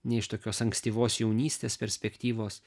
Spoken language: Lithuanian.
ne iš tokios ankstyvos jaunystės perspektyvos